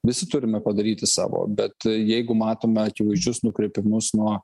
visi turime padaryti savo bet jeigu matome akivaizdžius nukrypimus nuo